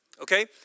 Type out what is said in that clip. Okay